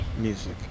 music